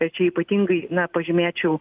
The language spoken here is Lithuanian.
čia ypatingai na pažymėčiau